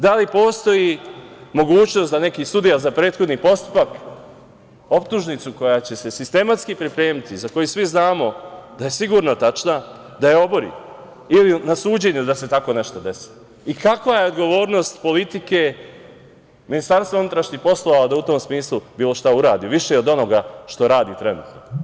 Da li postoji mogućnost da neki sudija za prethodni postupak optužnicu koja će se sistematski pripremiti, za koju svi znamo da je sigurno tačna, da je obori ili na suđenju da se tako nešto desi i kakva je odgovornost politike, MUP-a da u tom smislu bilo šta uradi, više od onoga što radi trenutno?